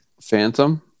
Phantom